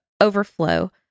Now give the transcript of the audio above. overflow